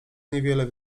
niewiele